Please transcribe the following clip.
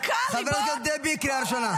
--- חברת הכנסת דבי, קריאה ראשונה.